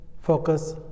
focus